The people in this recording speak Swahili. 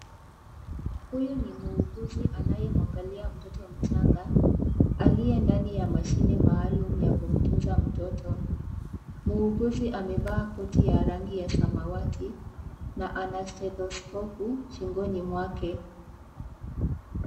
Huyu ni muuguzi anayemwangalia mtoto mchanga, aliye ndani ya mashine maalumu ya kumtunza mtoto. Muuguzi amevaa koti ya rangi ya samawati na ana stethoscope shingoni mwake.